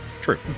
true